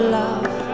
love